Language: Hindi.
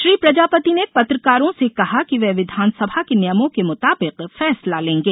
श्री प्रजापति ने पत्रकारों से कहा कि वे विधानसभा के नियमों के मुताबिक फैसला लेंगे